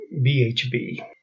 BHB